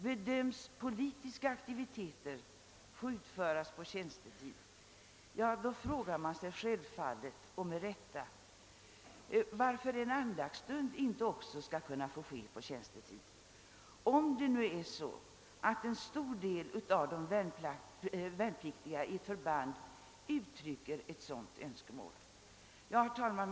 Om politiska aktiviteter får utövas på tjänstetid, då frågar man sig självfallet, varför inte en andaktsstund skall kun na förläggas till tjänstetid, därest det nu är så att en stor del av de värnpliktiga vid ett förband uttrycker ett sådant önskemål. Herr talman!